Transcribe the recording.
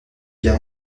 bien